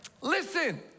Listen